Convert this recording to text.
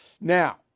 Now